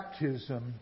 baptism